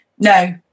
no